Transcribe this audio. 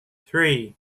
three